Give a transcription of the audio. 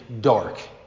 dark